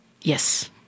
Yes